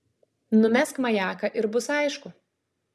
numesk majaką ir bus aišku